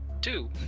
Two